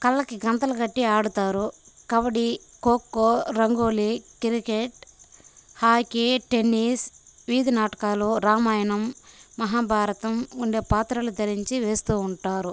కళ్ళకి గంతలు గట్టి ఆడతారు kabaddi kho kho rangoli cricket hockey tennis వీధి నాటకాలు రామాయణం మహాభారతం ఉండే పాత్రలు ధరించి వేస్తూ ఉంటారు